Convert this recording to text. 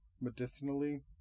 Medicinally